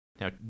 Now